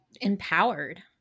empowered